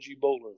bowler